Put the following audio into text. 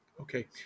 Okay